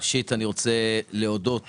ראשית, אני רוצה להודות